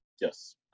Yes